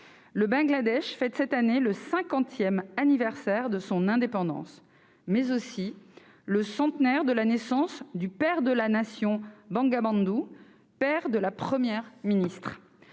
Le Bangladesh fête cette année le cinquantième anniversaire de son indépendance, mais aussi le centenaire de la naissance du « Père de la Nation, Bangabandhu », père de la Première ministre.